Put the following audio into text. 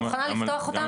אני מוכנה לפתוח אותן.